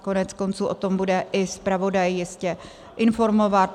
Koneckonců o tom bude i zpravodaj jistě informovat.